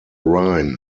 rhine